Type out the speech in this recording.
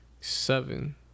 Seven